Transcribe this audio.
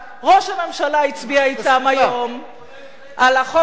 ראש הממשלה הצביע אתם היום על החוק שמונע,